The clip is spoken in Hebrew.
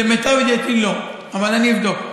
למיטב ידיעתי לא, אבל אני אבדוק.